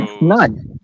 None